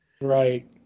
Right